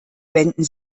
wenden